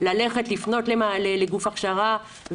לפנות לגוף הכשרה,